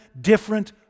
different